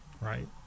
right